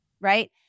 right